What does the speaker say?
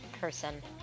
person